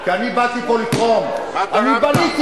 כי אני באתי פה לתרום, אני בניתי.